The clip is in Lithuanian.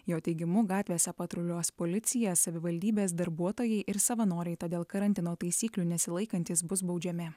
jo teigimu gatvėse patruliuos policija savivaldybės darbuotojai ir savanoriai todėl karantino taisyklių nesilaikantys bus baudžiami